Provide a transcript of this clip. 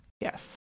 Yes